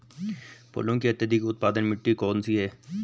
फूलों की अत्यधिक उत्पादन मिट्टी कौन सी है?